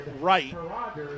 right